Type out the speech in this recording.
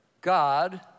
God